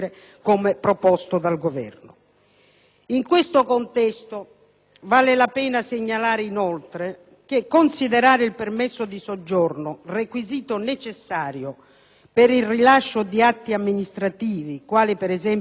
In questo contesto vale la pena segnalare, inoltre, che considerare il permesso di soggiorno requisito necessario per il rilascio di atti amministrativi quali, per esempio, il poter contrarre matrimonio